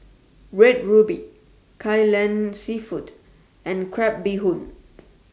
Red Ruby Kai Lan Seafood and Crab Bee Hoon